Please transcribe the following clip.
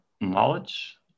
knowledge